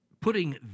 Putting